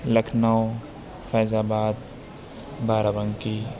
Lucknow Faizabad بارہ بنکی